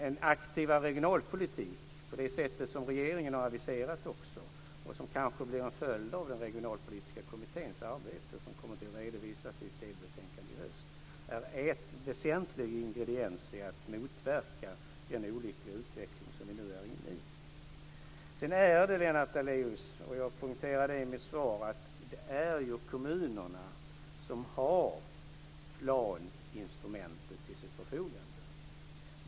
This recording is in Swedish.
En aktivare regionalpolitik på det sätt som regeringen har aviserat och som kan bli en följd av den regionalpolitiska kommitténs arbete som kommer att redovisas i ett delbetänkande i höst är en väsentlig ingrediens för att motverka den olyckliga utveckling som vi nu är inne i. Jag poängterade i mitt svar, Lennart Daléus, att det är kommunerna som har planinstrumentet till sitt förfogande.